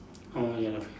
orh ya lah